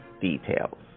details